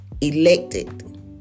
elected